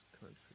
Country